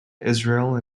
israel